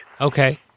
Okay